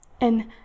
And